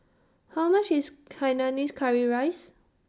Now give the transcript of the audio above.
How much IS Hainanese Curry Rice